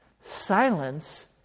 silence